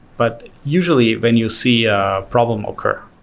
but usually when you see a problem occur,